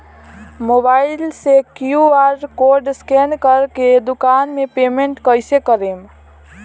Mobile से QR code scan कर के दुकान मे पेमेंट कईसे करेम?